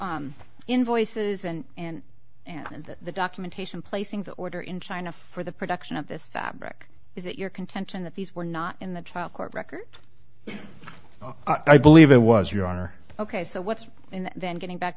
invoices and and the documentation placing the order in china for the production of this fabric is it your contention that these were not in the trial court record i believe it was your honor ok so what's in then getting back